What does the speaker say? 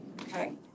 Okay